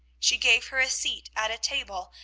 she gave her a seat at a table,